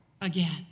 again